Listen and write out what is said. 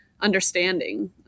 understanding